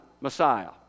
Messiah